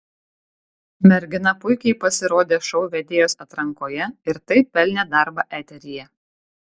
mergina puikiai pasirodė šou vedėjos atrankoje ir taip pelnė darbą eteryje